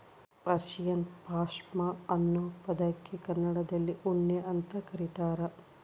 Persian ಪಾಷ್ಮಾ ಅನ್ನೋ ಪದಕ್ಕೆ ಕನ್ನಡದಲ್ಲಿ ಉಣ್ಣೆ ಅಂತ ಕರೀತಾರ